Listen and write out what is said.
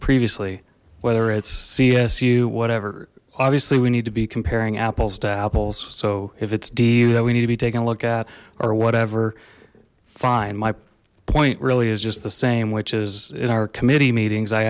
previously whether it's csu whatever obviously we need to be comparing apples to apples so if it's d that we need to be taking a look at or whatever fine my point really is just the same which is in our committee meetings i